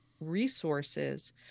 resources